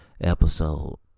Episode